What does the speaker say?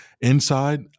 inside